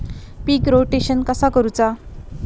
पीक rotation कसा करूचा?